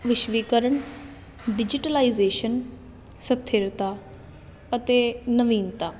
ਵਿਸ਼ਵੀਕਰਨ ਡਿਜੀਟਲਾਈਜੇਸ਼ਨ ਸਥਿਰਤਾ ਅਤੇ ਨਵੀਨਤਾ